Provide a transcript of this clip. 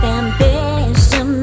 ambition